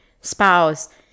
spouse